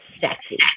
sexy